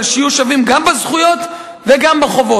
אבל שיהיו שווים גם בזכויות וגם בחובות,